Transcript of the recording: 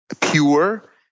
pure